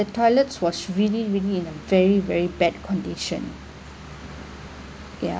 the toilets was really really in a very very bad condition ya